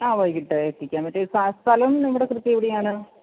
ആഹ് വൈകീട്ട് എത്തിക്കാൻ പറ്റും എഹ് സ്ഥലം എവിടെ കൃത്യം എവിടെയാണ്